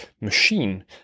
machine